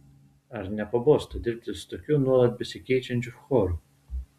ar nepabosta dirbti su tokiu nuolat besikeičiančiu choru